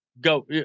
go